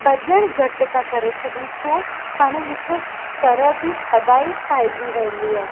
भॼणु घटि था करे छॾियूं छो हाणे हिकु तरह जी थधाई छांइजी वेंदी आहे